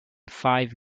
five